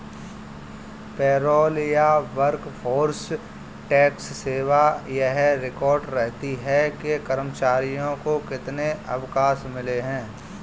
payroll या workforce tax सेवा यह रिकॉर्ड रखती है कि कर्मचारियों को कितने अवकाश मिले